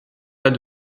pas